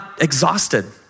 exhausted